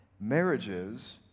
marriages